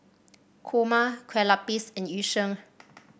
kurma Kueh Lapis and Yu Sheng